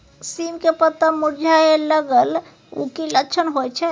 सीम के पत्ता मुरझाय लगल उ कि लक्षण होय छै?